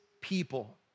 people